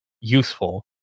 useful